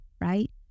right